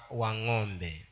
wangombe